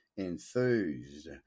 enthused